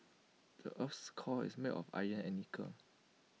the Earth's core is made of iron and nickel